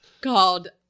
called